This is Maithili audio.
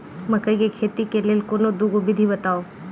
मकई केँ खेती केँ लेल कोनो दुगो विधि बताऊ?